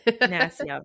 Nasty